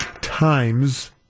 times